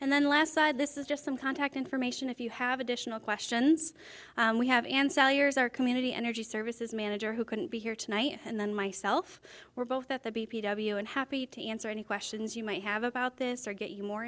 and then last side this is just some contact information if you have additional questions we have and sell yours our community energy services manager who couldn't be here tonight and then myself we're both at the beach and happy to answer any questions you might have about this or get you more